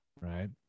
right